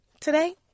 today